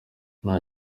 nta